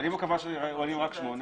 אבל אם הוא קבע שעולים רק שמונה?